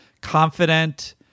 confident